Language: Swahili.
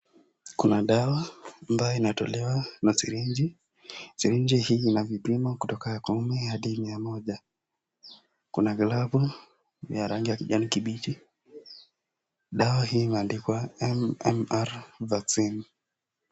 Kuna dawa ambayo inatolewa na sirenji, sirenji hii ina vipimo kutoka koome hadi mia moja, kuna glavu vya rangi ya kijani kibichi. Dawa hii imeandikwa MMR vaccine.